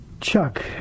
Chuck